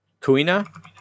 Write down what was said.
Kuina